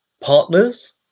Partners